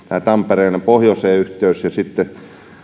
tampereen yhteys pohjoiseen ja sitten